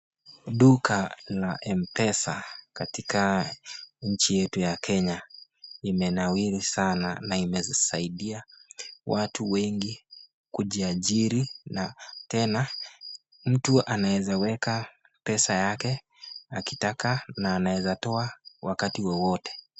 Duka la Mpesa katika nchi yetu ya Kenya limenawiri sanaa na imesaidia watu wengi kujiajiri na tena mtu anaweza weka pesa yake akitaka na anaeza toa wakati wowote.